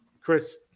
Chris